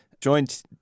joined